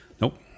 Nope